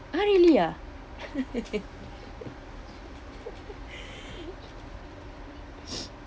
ah really ah